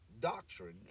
Doctrine